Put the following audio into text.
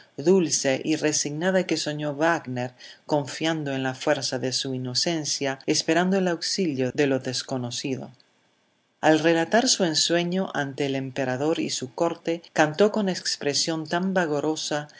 dulce y resignada que soñó wágner confiando en la fuerza de su inocencia esperando el auxilio de lo desconocido al relatar su ensueño ante el emperador y su corte cantó con expresión tan vagorosa